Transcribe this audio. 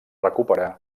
recuperar